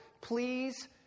please